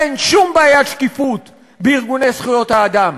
אין שום בעיית שקיפות בארגוני זכויות האדם.